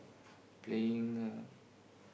playing a